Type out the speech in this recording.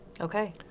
Okay